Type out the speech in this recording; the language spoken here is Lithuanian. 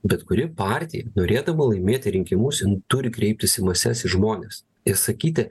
bet kuri partija norėdama laimėti rinkimus turi kreiptis į mases į žmones ir sakyti